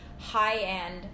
high-end